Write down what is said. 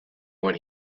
when